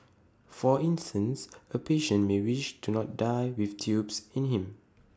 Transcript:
for instance A patient may wish to not die with tubes in him